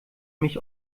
mich